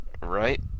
Right